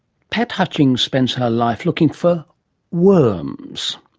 pat hutchings spends her life looking for worms.